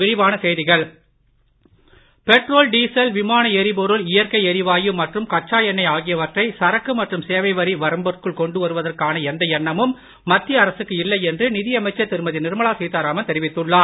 நிதிஅமைச்சகம் petrol diesel விமான எரிபொருள் இயற்கை எரிவாயு மற்றும் கச்சா எண்ணெய் ஆகியவற்றை சரக்கு மற்றும் சேவை வரி வரம்பிற்குள் கொண்டு வருவதற்கான எந்த எண்ணமும் மத்திய அரசுக்கு இல்லை என்று நிதியமைச்சர் திருமதி நிர்மலா சீதாராமன் தெரிவித்துள்ளார்